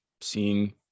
seeing